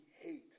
hate